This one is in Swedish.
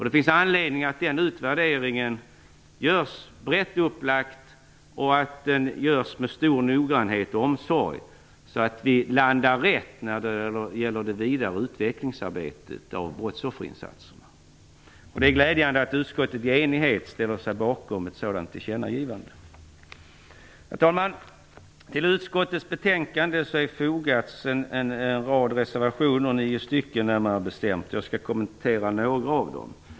Det finns anledning till att den utvärderingen görs brett upplagt och med stor noggrannhet och omsorg, så att vi landar rätt när det gäller det vidare utvecklingsarbetet av brottsofferinsatserna. Det är glädjande att utskottet i enighet ställer sig bakom ett sådant tillkännagivande. Herr talman! Till utskottets betänkande har fogats nio reservationer. Jag skall kommentera några av dem.